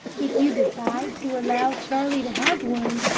if you decide to allow charlie to have one,